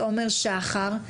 עומר שחר,